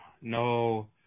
No